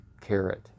carrot